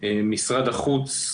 עם משרד החוץ,